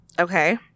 Okay